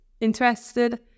interested